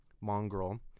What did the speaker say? mongrel